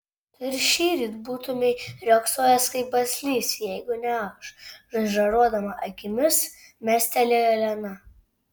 tu ir šįryt būtumei riogsojęs kaip baslys jeigu ne aš žaižaruodama akimis mestelėjo lena